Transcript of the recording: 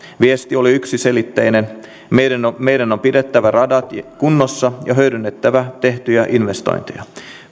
viesti oli yksiselitteinen meidän on meidän on pidettävä radat kunnossa ja hyödynnettävä tehtyjä investointeja